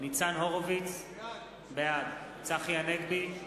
ניצן הורוביץ, בעד צחי הנגבי,